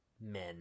men